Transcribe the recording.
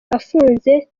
afunze